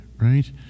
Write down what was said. right